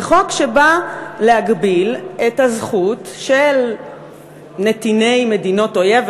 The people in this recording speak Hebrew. זה חוק שבא להגביל את הזכות של נתיני מדינות אויב,